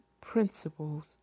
principles